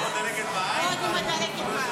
חברות וחברי הכנסת, יותר שקט